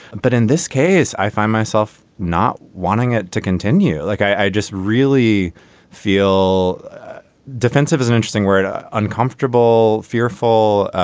but in this case i find myself not wanting it to continue. like i just really feel defensive is an interesting word uncomfortable fearful